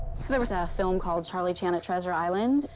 so there was a film called charlie chan at treasure island.